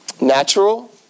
natural